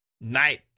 night